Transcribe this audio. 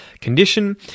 condition